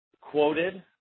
quoted